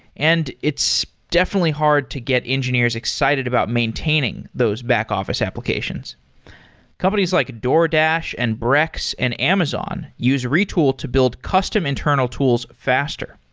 and it's definitely hard to get engineers excited about maintaining those back-office applications companies like doordash and brex and amazon use retool to build custom internal tools faster.